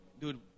dude